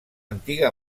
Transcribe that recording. antiga